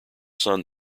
sun